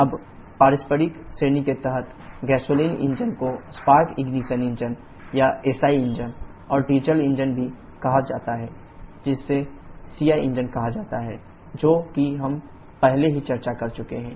अब पारस्परिक श्रेणी के तहत गैसोलीन इंजन को स्पार्क इग्निशन इंजन या SI इंजन और डीजल इंजन भी कहा जाता है जिसे CI इंजन कहा जाता है जो कि हम पहले ही चर्चा कर चुके हैं